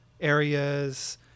areas